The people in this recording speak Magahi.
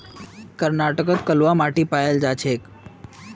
कर्नाटकत कलवा माटी पाल जा छेक